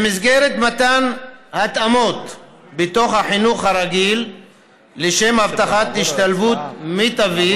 במסגרת מתן התאמות בתוך החינוך הרגיל לשם הבטחת השתלבות מיטבית,